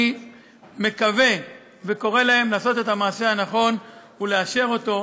אני מקווה וקורא להם לעשות את המעשה הנכון ולאשר אותו,